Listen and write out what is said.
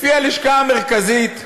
לפי הלשכה המרכזית לסטטיסטיקה,